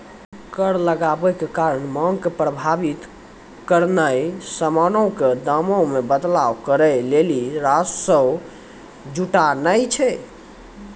कर लगाबै के कारण मांग के प्रभावित करनाय समानो के दामो मे बदलाव करै लेली राजस्व जुटानाय छै